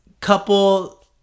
couple